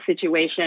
situation